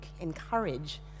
encourage